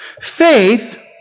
Faith